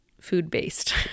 food-based